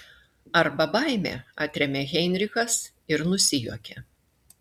arba baimė atrėmė heinrichas ir nusijuokė